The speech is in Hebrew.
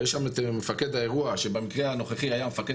ויש שם את מפקד האירוע שבמקרה הנוכחי היה מפקד